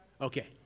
Okay